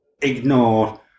ignore